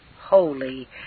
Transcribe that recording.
holy